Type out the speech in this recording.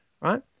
right